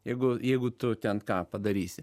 jeigu jeigu tu ten ką padarysi